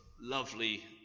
lovely